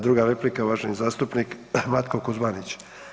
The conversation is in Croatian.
Druga replika uvaženi zastupnik Matko Kuzmanić.